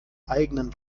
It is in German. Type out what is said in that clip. eigenen